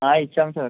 ఇచ్చాము సార్